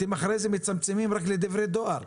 אתם אחרי זה מצמצמים רק לדברי דואר.